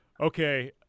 Okay